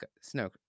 snow